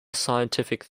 scientific